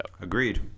agreed